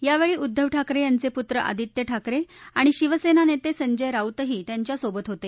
यावेळी उद्दव ठाकरे यांचे पुत्र आदित्य ठाकरे आणि शिवसेना नेते संजय राऊतही त्यांच्यासोबत होते